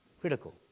critical